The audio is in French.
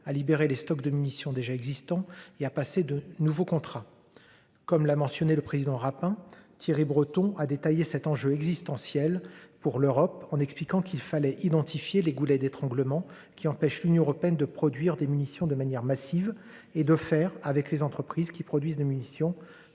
à libérer les stocks de munitions déjà existants. Il a passé de nouveaux contrats. Comme l'a mentionné le président Rapin, Thierry Breton a des. Tailler cet enjeu est existentiel pour l'Europe en expliquant qu'il fallait identifier les goulets d'étranglement qui empêche l'Union européenne de produire des munitions de manière massive et de faire avec les entreprises qui produisent de munitions